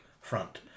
front